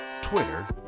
Twitter